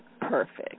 perfect